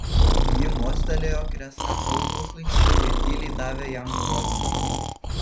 ji mostelėjo kresnam eunuchui ir tyliai davė jam nurodymus